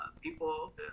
People